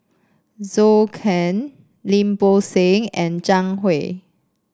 Zhou Can Lim Bo Seng and Zhang Hui